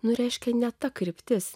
nu reiškia ne ta kryptis